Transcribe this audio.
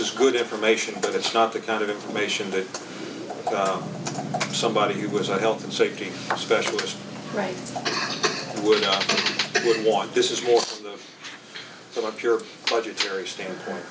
is good information but it's not the kind of information that somebody who was a health and safety specialist right would would want this is more of a pure budgetary standpoint